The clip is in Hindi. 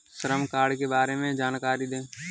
श्रम कार्ड के बारे में जानकारी दें?